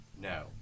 No